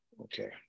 Okay